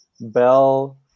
Bell